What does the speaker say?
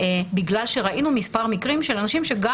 בגלל שראינו מספר מקרים של אנשים שגם